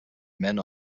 men